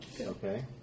Okay